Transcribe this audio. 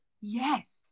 Yes